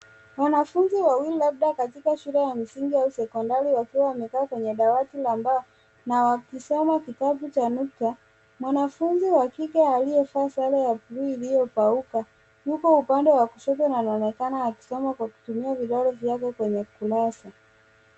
Wanafunzi wawili labda katika shule ya msingi au sekondari wamekaa kwenye dawati la mbao na wakisoma kitabu cha nukta, mwanafunzi wa kike aliyevaa sare ya bluu iliyopauka huku upande wa kushoto panaonekana akisoma kwa kutumia vidole vyake kwenye kurasa.